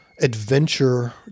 adventure